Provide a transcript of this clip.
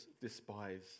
despise